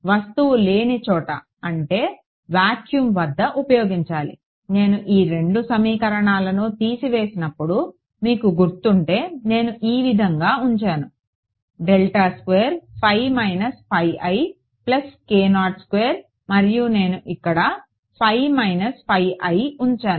వస్తువు లేని చోట అంటే వాక్యూమ్ వద్ద ఉపయోగించాలి నేను ఈ రెండు సమీకరణాలను తీసివేసినప్పుడు మీకు గుర్తు ఉంటే నేను ఈ విధంగా ఉంచాను ప్లస్ మరియు నేను ఇక్కడ ఉంచాను